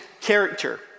character